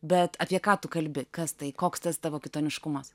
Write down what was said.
bet apie ką tu kalbi kas tai koks tas tavo kitoniškumas